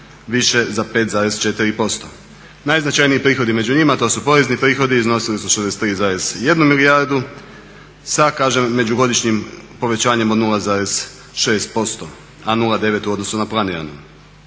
više za 5,4%. Najznačajniji prihodi među njima to su porezni prihodi iznosili su 63,1 milijardu, međugodišnjim povećanjem od 0,6%, a 0,9 u odnosu na planirano.